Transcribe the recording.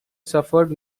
suffered